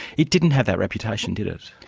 it didn't have that reputation, did it?